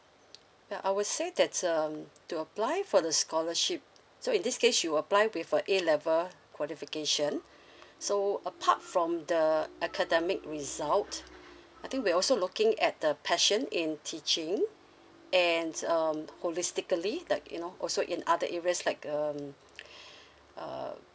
ya I would say that um to apply for the scholarship so in this case she will apply with a A level qualification so apart from the academic result I think we're also looking at the passion in teaching and um holistically like you know also in other areas like um uh